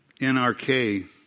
NRK